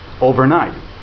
overnight